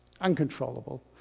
uncontrollable